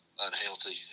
unhealthy